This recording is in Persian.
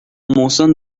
محسن